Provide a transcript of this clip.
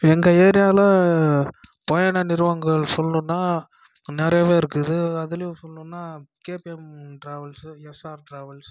எங்கள் ஏரியாவில் பயண நிறுவனங்கள் சொல்லணுன்னா நிறையவே இருக்குது அதிலியும் சொல்லணுன்னா கேபிஎம் டிராவல்ஸ் எஸ்ஆர் ட்ராவல்ஸ்